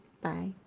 Bye